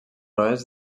oest